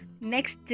Next